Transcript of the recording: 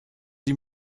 die